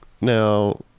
Now